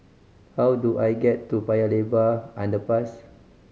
how do I get to Upper Paya Lebar Underpass